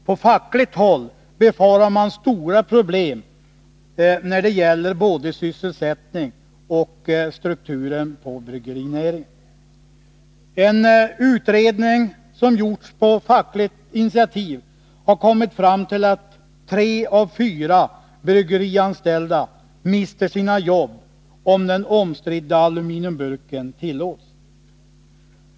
På fackligt håll befarar man stora problem när det gäller både sysselsättningen och strukturen på bryggerinäringen. En utredning som gjorts på fackligt initiativ har kommit fram till att tre av fyra bryggerianställda mister sina jobb om den omstridda aluminiumburken tillåts.